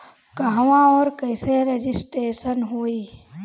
कहवा और कईसे रजिटेशन होई?